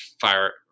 fire